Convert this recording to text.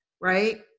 right